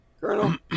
Colonel